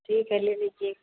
ठीक है ले लीजिए